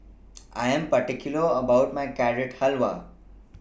I Am particular about My Carrot Halwa